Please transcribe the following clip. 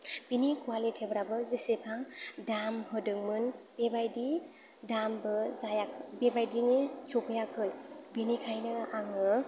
बिनि क्वालिटिफोराबो जेसेबां दाम होदोंमोन बेबायदि दामबो जायाखै बेबायदिनि सफैयाखै बिनिखायनो आङो